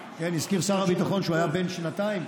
הזכיר שר הביטחון שהוא היה בן שנתיים,